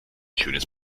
schönes